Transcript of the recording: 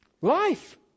Life